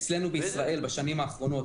אצלנו בישראל בשנים האחרונות,